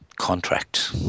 contract